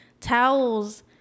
towels